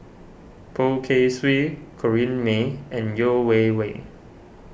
Poh Kay Swee Corrinne May and Yeo Wei Wei